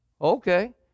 okay